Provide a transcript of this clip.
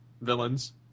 villains